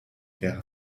wäre